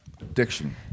addiction